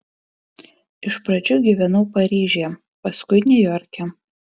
iš pradžių gyvenau paryžiuje paskui niujorke